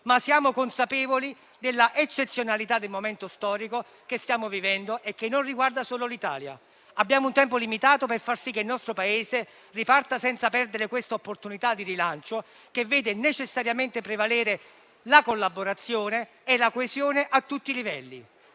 Ma siamo consapevoli dell'eccezionalità del momento storico che stiamo vivendo, che non riguarda solo l'Italia. Abbiamo un tempo limitato per far sì che il nostro Paese riparta senza perdere questa opportunità di rilancio, che vede necessariamente prevalere la collaborazione e la coesione a tutti i livelli.